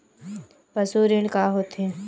पशु ऋण का होथे?